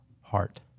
heart